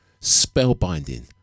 Spellbinding